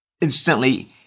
Instantly